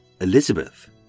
Elizabeth